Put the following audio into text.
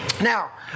Now